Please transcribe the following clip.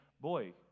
boy